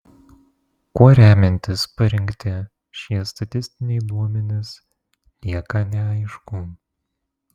kuo remiantis parinkti šie statistiniai duomenys lieka neaišku